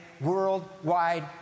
worldwide